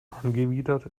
angewidert